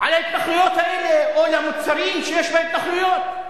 על ההתנחלויות האלה או על המוצרים שיש בהתנחלויות?